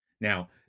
Now